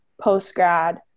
post-grad